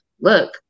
look